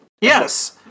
Yes